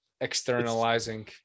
externalizing